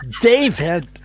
David